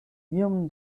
iom